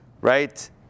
right